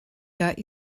got